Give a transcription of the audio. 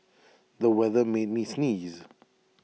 the weather made me sneeze